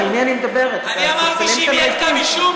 אני אמרתי שאם יהיה כתב אישום,